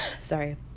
sorry